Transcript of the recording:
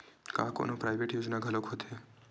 का कोनो प्राइवेट योजना घलोक होथे?